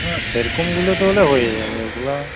হ্যাঁ সেরকমগুলো তো হলে হয়ে যাবে ওগুলা